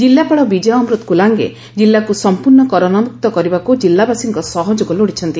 ଜିଲ୍ଲାପାଳ ବିଜୟ ଅମୃତ କୁଲାଙ୍ଗେ ଜିଲ୍ଲାକୁ ସମୂର୍ଶ୍ଣ କରୋନା ମୁକ୍ତ କରିବାକୁ ଜିଲ୍ଲାବାସୀଙ୍କ ସହଯୋଗ ଲୋଡ଼ିଛନ୍ତି